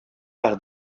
par